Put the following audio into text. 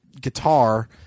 guitar